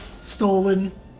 stolen